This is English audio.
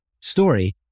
story